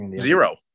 zero